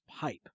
pipe